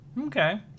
Okay